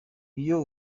iyo